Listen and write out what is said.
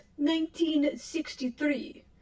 1963